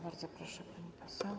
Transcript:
Bardzo proszę, pani poseł.